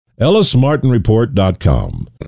EllisMartinReport.com